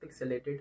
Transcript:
pixelated